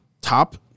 top